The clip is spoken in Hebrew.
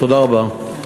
תודה רבה.